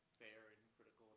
fair and critical